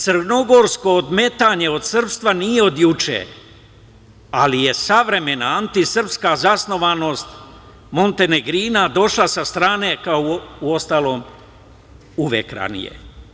Crnogorsko ometanje od srpstva nije od juče, ali je savremena antisrpska zasnovanost Montenegrina došla sa strane, kao uostalom uvek ranije.